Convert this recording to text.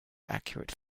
accurate